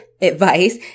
advice